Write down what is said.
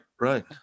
right